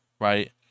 right